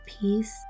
peace